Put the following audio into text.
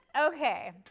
Okay